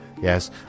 Yes